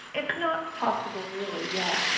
it's not possible really yet.